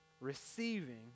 receiving